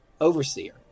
overseer